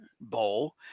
bowl